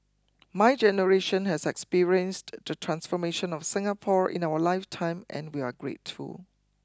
my generation has experienced the transformation of Singapore in our life time and we are grateful